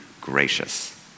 gracious